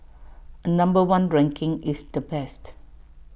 A number one ranking is the best